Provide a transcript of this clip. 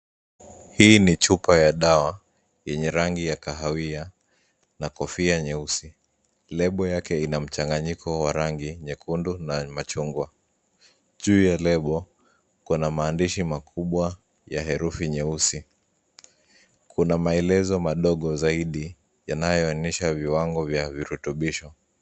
Hii ni chupa ya dawa yenye rangi ya kahawia na kofia nyeusi lebo yake ina mchanganyiko wa rangi nyekundu na machungwa. Juu ya lebo kuna maandishi makubwa ya herufi nyeusi. Kuna maelezo madogo zaidi yanayoonyesha viwango vya virutubisho.